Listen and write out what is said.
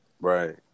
Right